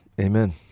Amen